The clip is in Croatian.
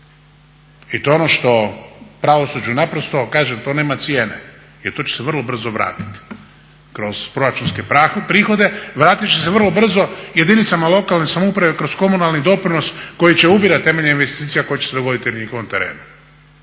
I to je ono što pravosuđu naprosto, kažem to nema cijene. Jer to će se vrlo brzo vratiti kroz proračunske prihode, vratit će se vrlo brzo jedinicama lokalne samouprave kroz komunalni doprinos koji će ubirat temeljem investicija koje će se dogoditi na njihovom terenu.